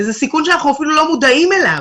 וזה סיכון שאנחנו אפילו לא מודעים אליו.